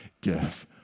give